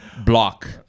block